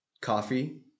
coffee